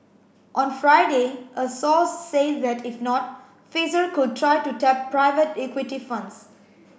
on Friday a source said that if not Pfizer could try to tap private equity funds